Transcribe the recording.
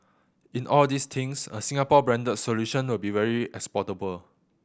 in all these things a Singapore branded solution will be very exportable